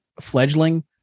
fledgling